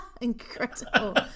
Incredible